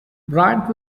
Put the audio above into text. bryant